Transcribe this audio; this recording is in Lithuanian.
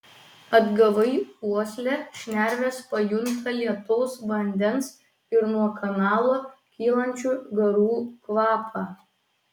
atgavai uoslę šnervės pajunta lietaus vandens ir nuo kanalo kylančių garų kvapą